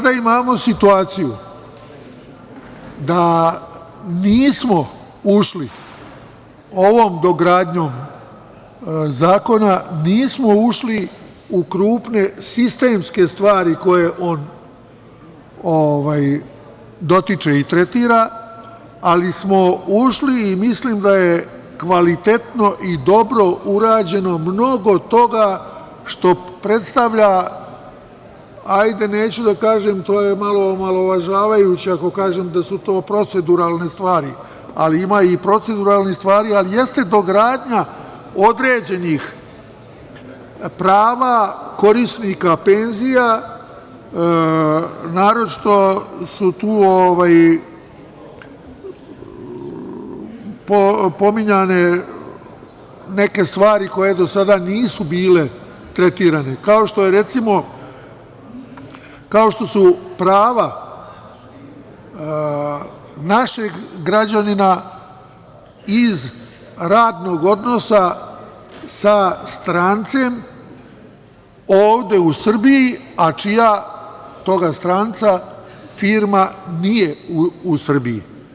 Sada imamo situaciju da ovom dogradnjom zakona nismo ušli u krupne sistemske stvari koje on dotiče i tretira, ali smo ušli i mislim da je kvalitetno i dobro urađeno mnogo toga što predstavlja, hajde, neću da kažem, to je malo omalovažavajuće ako kažem da su to proceduralne stvari, ali ima i proceduralnih stvari, ali jeste dogradnja određenih prava korisnika penzija, naročito su tu pominjane neke stvari koje do sada nisu bile tretirane, kao što su, recimo, prava našeg građanina iz radnog odnosa sa strancem ovde u Srbiji, a čija, tog stranca, firma nije u Srbiji.